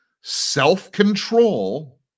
self-control